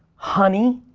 honey,